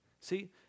See